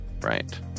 right